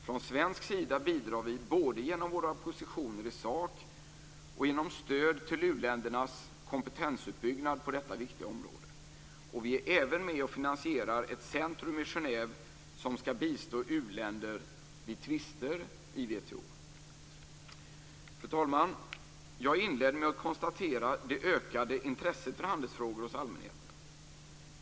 Från svensk sida bidrar vi både genom våra positioner i sak och genom stöd till uländernas kompetensuppbyggnad på detta viktiga område. Vi är även med och finansierar ett centrum i Genève som skall bistå u-länder vid tvister i WTO. Fru talman! Jag inledde med att konstatera det ökade intresset för handelsfrågor hos allmänheten.